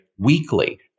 weekly